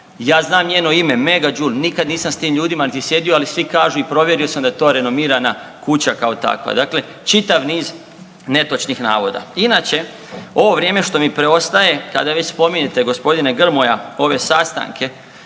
Ja znam njeno ime Megajoule, nikad nisam s tim ljudima niti sjedio ali svi kažu i provjerio sam da je to renomirana kuća kao takva. Dakle, čitav niz netočnih navoda. Inače, ovo vrijeme što mi preostaje kada već spominjete gospodine Grmoja ove sastanke,